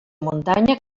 muntanya